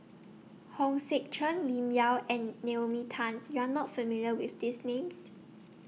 Hong Sek Chern Lim Yau and Naomi Tan YOU Are not familiar with These Names